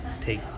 take